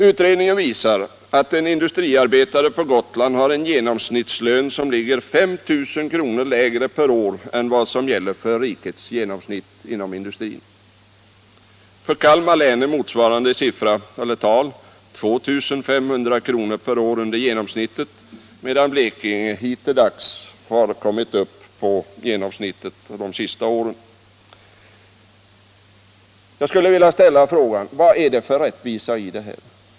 Utredningen visar att en industriarbetare på Gotland har en genomsnittslön som ligger 5 000 kr. lägre per år än rikets genomsnitt. För Kalmar län är motsvarande tal 2 500 kr. per år under genomsnittet, medan Blekinge under de senaste åren har kommit upp till genomsnittet. Vad är det för rättvisa i detta?